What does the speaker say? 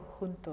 juntos